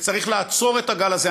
וצריך לעצור את הגל הזה.